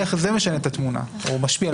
איך זה משנה את התמונה או משפיע.